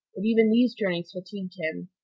but even these journeys fatigued him,